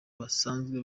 basanzwe